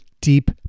deep